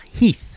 Heath